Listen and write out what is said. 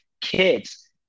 kids